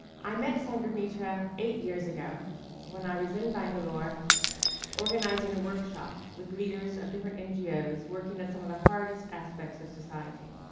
i met sanghamitra eight years ago when i was in bangalore organizing a workshop with leaders of different ngo's working in some of the hardest aspects of society.